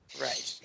Right